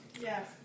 yes